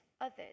others